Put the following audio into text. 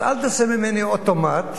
אז אל תעשה ממני אוטומט.